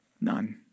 None